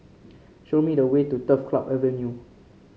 show me the way to Turf Club Avenue